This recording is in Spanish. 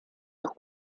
los